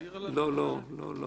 לא עכשיו.